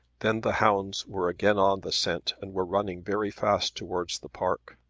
then the hounds were again on the scent and were running very fast towards the park.